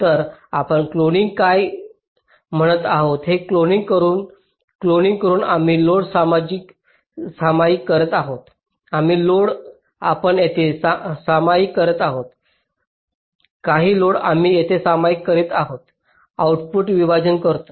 तर आपण क्लोनिंग काय म्हणत आहोत ते क्लोनिंग करून क्लोनिंग करून आम्ही लोड सामायिक करीत आहोत काही लोड आपण येथे सामायिक करीत आहोत काही लोड आम्ही येथे सामायिक करीत आहोत आउटपुट विभाजित करतो